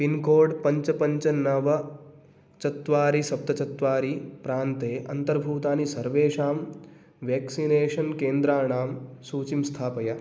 pincode पञ्च पञ्च नव चत्वारि सप्त चत्वारि प्रान्ते अन्तर्भूतानि सर्वेषां व्याक्सिनेषन् केन्द्राणां सूचीं स्थापय